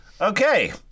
Okay